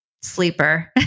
sleeper